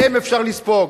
מהם אפשר לספוג.